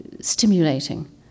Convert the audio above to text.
stimulating